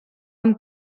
amb